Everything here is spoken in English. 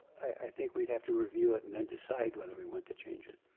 i think we'd have to review it and then decide whether we want to change it.